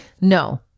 no